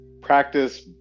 Practice